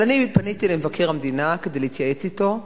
אבל אני פניתי אל מבקר המדינה כדי להתייעץ אתו,